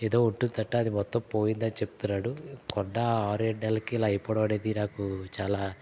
ఏదో ఉంటుందంట అది మొత్తం పోయిందని చెప్తున్నాడు కొన్న ఆరు ఏడు నెలలకే ఇలా అయిపోవడం అనేది నాకు చాలా